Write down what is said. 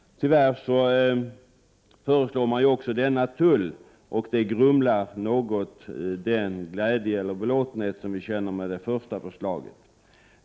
Tyvärr föreslår regeringen också den aktuella tullen, vilket något grumlar den belåtenhet som vi känner inför det första förslaget.